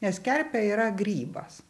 nes kerpė yra grybas